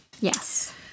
Yes